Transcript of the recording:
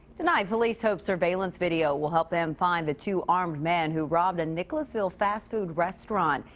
tonight. police hope surveillance video will help them find the two armed men. who robbed a nicholasville fast-food restaurant.